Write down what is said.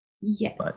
Yes